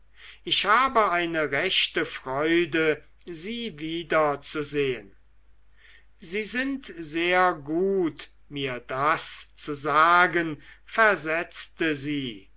ich habe eine rechte freude sie wiederzuse hen sie sind sehr gut mir das zu sagen versetzte sie